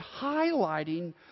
highlighting